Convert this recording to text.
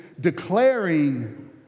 declaring